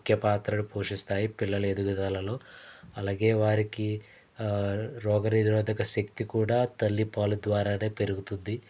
ముఖ్యపాత్రను పోషిస్తాయి పిల్లల ఎదుగుదలలో అలాగే వారికి రోగనిరోధక శక్తి కూడా తల్లి పాలు ద్వారానే పెరుగుతుంది